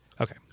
Okay